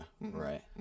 right